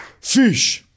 Fish